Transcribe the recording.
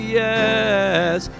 yes